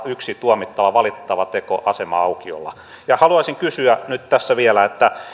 yksi tuomittava valitettava teko asema aukiolla haluaisin kysyä nyt tässä vielä